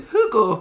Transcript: Hugo